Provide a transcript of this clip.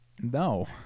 No